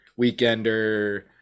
weekender